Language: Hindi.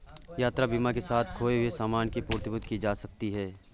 यात्रा बीमा के साथ खोए हुए सामान की प्रतिपूर्ति की जा सकती है